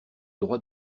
droit